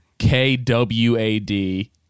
k-w-a-d